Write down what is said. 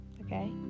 okay